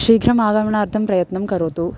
शीघ्रम् आगमनार्थं प्रयत्नं करोतु